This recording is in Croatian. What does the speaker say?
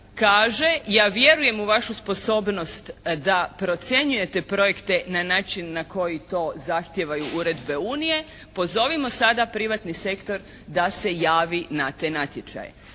kaže, ja vjerujem u vašu sposobnost da procjenjujete projekte na način na koji to zahtijevaju uredbe Unije. Pozovimo sada privatni sektor da se javi na te natječaje.